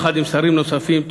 יחד עם שרים נוספים,